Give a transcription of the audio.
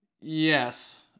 Yes